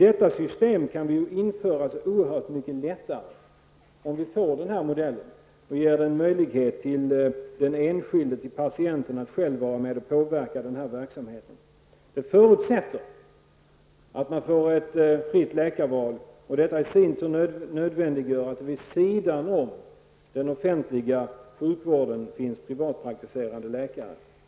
Detta system kan vi införa så oerhört mycket lättare, om vi genomför den moderata modellen och ger den enskilde, patienten, en möjlighet att själv vara med och påverka verksamheten. Det förutsätter att man får ett fritt läkarval, och detta i sin tur nödvändiggör att det vid sidan av den offentliga sjukvården finns privatpraktiserande läkare.